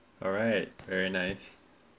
alright very nice